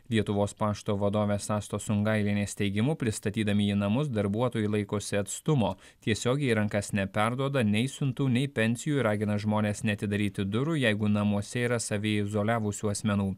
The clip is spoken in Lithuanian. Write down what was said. lietuvos pašto vadovės astos sungailienės teigimu pristatydami į namus darbuotojai laikosi atstumo tiesiogiai į rankas neperduoda nei siuntų nei pensijų ir ragina žmones neatidaryti durų jeigu namuose yra saviizoliavusių asmenų